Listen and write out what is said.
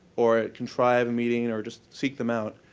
or contrive a meeting, or just seek them out.